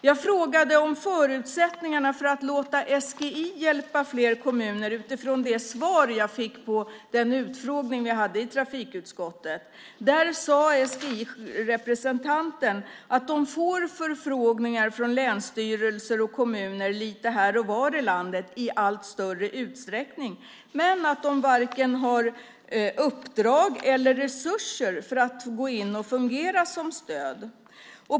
Jag frågade om förutsättningarna för att låta SGI hjälpa fler kommuner utifrån det svar jag fick vid den utfrågning vi hade i trafikutskottet. Där sade SGI:s representant att de får förfrågningar från länsstyrelser och kommuner lite här och var i landet i allt större uträckning men att de varken har uppdrag eller resurser att gå in och fungera som stöd.